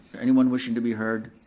anyone wishing to be heard?